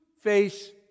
face